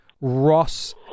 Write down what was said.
Ross